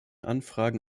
anfragen